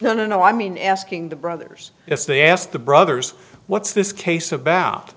nonono i mean asking the brothers if they asked the brothers what's this case about